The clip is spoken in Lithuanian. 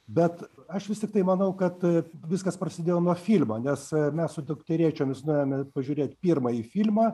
bet aš vis tiktai manau kad viskas prasidėjo nuo filmo nes mes su dukterėčiomis nuėjome pažiūrėt pirmąjį filmą